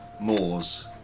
moors